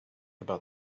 about